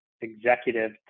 executive